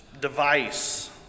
device